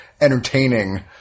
entertaining